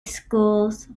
schools